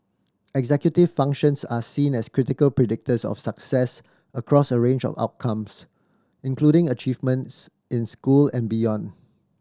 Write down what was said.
executive functions are seen as critical predictors of success across a range of outcomes including achievements in school and beyond